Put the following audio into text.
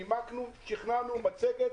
שכנענו עם מצגת,